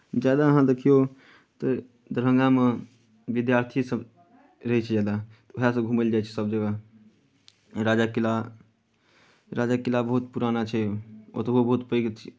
जादा अहाँ देखियौ तऽ दरभंगामे विद्यार्थीसभ रहैत छै जादा उएह सभ घूमय लए जाइ छै सभ जगह राजाके किला राजाके किला बहुत पुराना छै ओतहो बहुत पैघ अथि